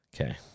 okay